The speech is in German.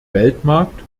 weltmarkt